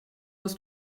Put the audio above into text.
aus